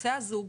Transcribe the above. נוסע זוג,